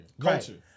Culture